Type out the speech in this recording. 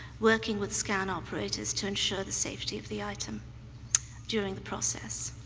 working with scan operators to ensure the safety of the item during the process.